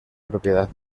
propiedad